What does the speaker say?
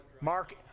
Mark